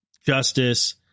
justice